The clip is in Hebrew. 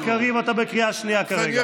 חבר הכנסת קריב, אתה בקריאה שנייה כרגע.